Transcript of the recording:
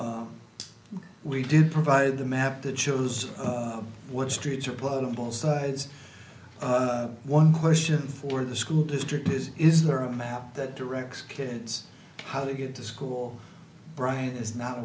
all we did provide the map that shows what streets are put on both sides one question for the school district is is there a map that directs kids how to get to school brian is not